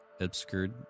obscured